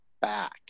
back